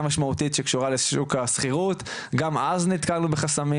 משמעותית שקשורה לשוק השכירות וגם אז נתקלנו בחסמים